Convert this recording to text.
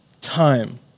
time